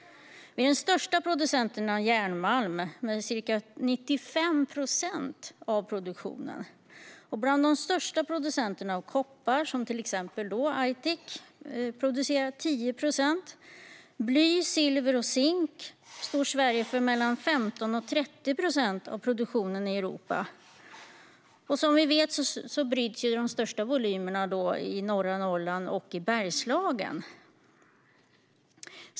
Vi är den största producenten av järnmalm med ca 95 procent av produktionen, och vi är en av de största producenterna av koppar. Till exempel Aitik producerar 10 procent av den totala produktionen. När det gäller bly, silver och zink står Sverige för mellan 15 och 30 procent av produktionen i Europa. Som vi vet bryts de största volymerna i norra Norrland och Bergslagen.